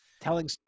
telling